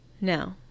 No